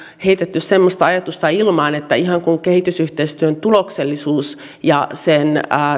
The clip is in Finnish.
heitetty semmoista ajatusta ilmaan että ihan kuin kehitysyhteistyön tuloksellisuus ja sen